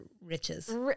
riches